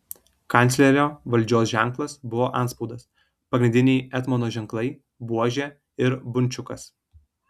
kanclerio valdžios ženklas buvo antspaudas pagrindiniai etmono ženklai buožė ir bunčiukas